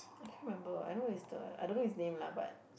I can't remember I know is the I don't know his name lah but